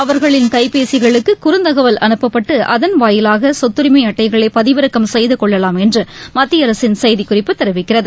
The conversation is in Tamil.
அவர்களின் கைபேசிகளுக்கு குறுந்தகவல் அனுப்பப்பட்டு அதன் வாயிலாக சொத்தரிமை அட்டைகளை பதிவிறக்கம் செய்து கொள்ளலாம் என்று மத்திய அரசின் செய்திக்குறிப்பு தெரிவிக்கிறது